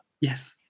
Yes